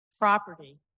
property